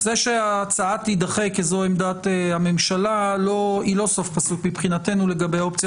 זה שההצעה תדחה כי זאת עמדת הממשלה זה לא סוף פסוק מבחינתנו לגבי האופציה